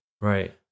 Right